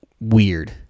weird